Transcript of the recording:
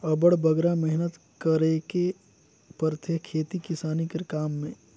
अब्बड़ बगरा मेहनत करेक परथे खेती किसानी कर काम में